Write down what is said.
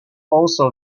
also